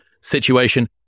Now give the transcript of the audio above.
situation